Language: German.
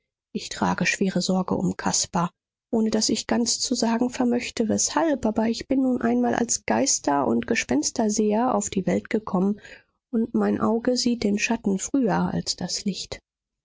ich trage schwere sorge um caspar ohne daß ich ganz zu sagen vermöchte weshalb aber ich bin nun einmal als geister und gespensterseher auf die welt gekommen und mein auge sieht den schatten früher als das licht